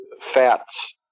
fats